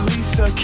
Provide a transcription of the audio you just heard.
Lisa